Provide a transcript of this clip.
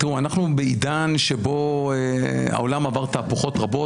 תראו, אנחנו בעידן שבו העולם עבר תהפוכות רבות.